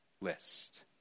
list